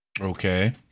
Okay